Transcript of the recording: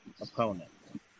opponent